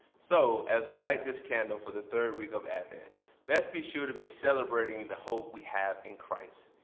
so as we light this candle for the third week of advent let's be sure to be celebrating the hope we have in christ.